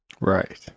Right